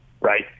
Right